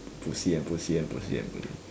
pussy and pussy and pussy and pussy